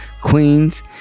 Queens